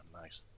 Nice